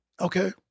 Okay